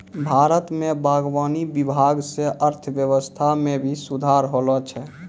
भारत मे बागवानी विभाग से अर्थव्यबस्था मे भी सुधार होलो छै